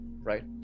right